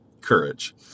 Courage